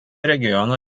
regiono